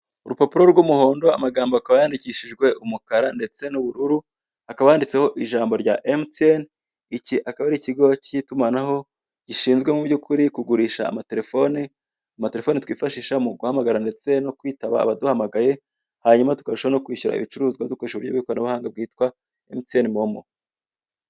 Urupapuro rw'umuhondo amagambo akaba yandikishijwe umukara ndetse n'ubururu, hakaba handitseho ijambo rya ''Emutiyene'', iki akaba ari ikigo cy'itumanaho, gishinzwe mu by'ukuri kugurisha amaterefone, amaterefone twifashisha mu guhamagara ndetse no kwitaba abaduhamagaye, hanyuma tukarushaho no kwishyura ibicuruzwa dukorsha uburyo bw'ikoranabuhanga bwitwa Emutiyene momo.